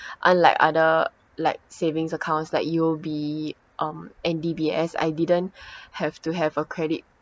unlike other like savings accounts like U_O_B um and D_B_S I didn't have to have a credit